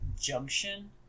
Junction